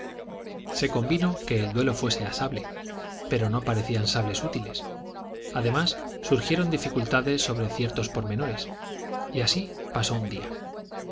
se convino que el duelo fuese a sable pero no parecían sables útiles además surgieron dificultades sobre ciertos pormenores y así pasó un día